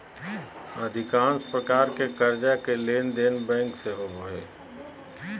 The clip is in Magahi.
अधिकांश प्रकार के कर्जा के लेनदेन बैंक से होबो हइ